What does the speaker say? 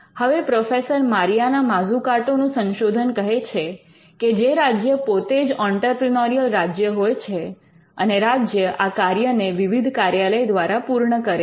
હવે professor Mariana Mazzucato નું સંશોધન કહે છે કે રાજ્ય પોતે જ ઑંટરપ્રિનોરિયલ રાજ્ય હોય છે અને રાજ્ય આ કાર્યને વિવિધ કાર્યાલય દ્વારા પૂર્ણ કરે છે